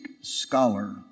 scholar